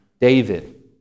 David